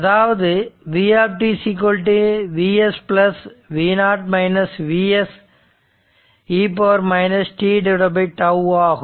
அதாவது v Vs e t ஆகும்